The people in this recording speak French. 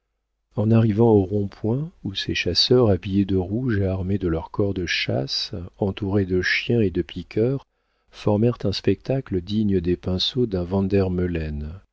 en arrivant au rond-point où ces chasseurs habillés de rouge et armés de leurs cors de chasse entourés de chiens et de piqueurs formèrent un spectacle digne des pinceaux d'un van